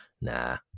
nah